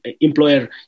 employer